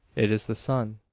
it is the sun.